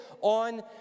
on